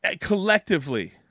collectively